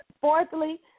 fourthly